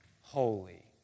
holy